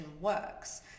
works